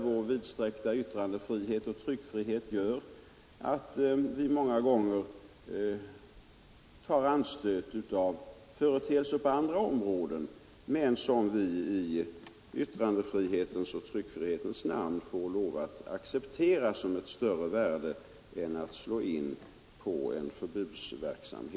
Vår vidsträckta yttrandeoch tryckfrihet gör att vi många gånger tar anstöt av vad som förekommer på andra områden, men det är företeelser som måste accepteras eftersom yttrandefriheten och tryckfriheten anses ha större värde än en förbudslinje.